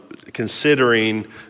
considering